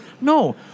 No